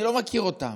אני לא מכיר אותם,